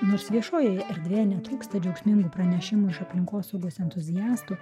nors viešojoje erdvėje netrūksta džiaugsmingų pranešimų iš aplinkosaugos entuziastų